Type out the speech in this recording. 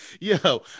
Yo